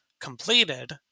completed